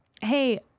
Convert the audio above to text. Hey